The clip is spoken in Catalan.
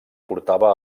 portava